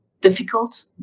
difficult